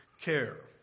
care